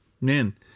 man